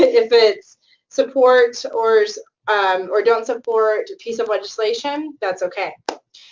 if it's support or um or don't support a piece of legislation, that's okay.